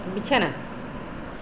ᱵᱤᱪᱷᱟᱱᱟ